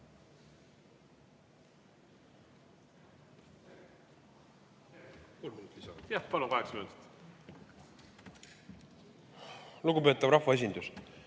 Lugupeetav rahvaesindus!